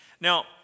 Now